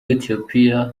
ethiopia